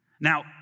Now